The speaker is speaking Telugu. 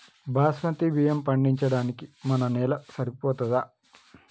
బాస్మతి బియ్యం పండించడానికి మన నేల సరిపోతదా?